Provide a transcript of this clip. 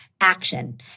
action